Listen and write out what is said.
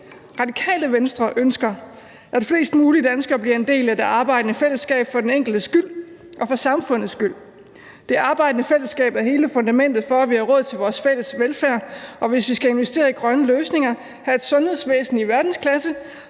Radikale Venstre »ønsker, at flest mulige danskere bliver en del af det arbejdende fællesskab for den enkeltes skyld og for samfundets skyld. Det arbejdende fællesskab er hele fundamentet for, at vi har råd til vores fælles velfærd, og hvis vi skal investere i grønne løsninger, have et sundhedsvæsen i verdensklasse